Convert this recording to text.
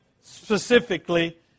specifically